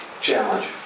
challenge